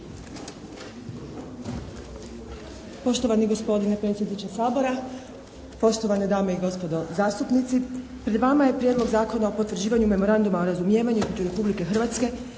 Poštovani gospodine predsjedniče Sabora, poštovane dame i gospodo zastupnici. Pred vama je Prijedlog zakona o potvrđivanju memoranduma o razumijevanju između Republike Hrvatske